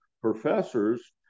professors